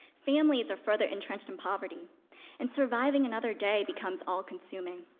families are further entrenched in poverty and surviving another day becomes all consuming.